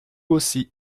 aussi